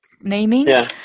naming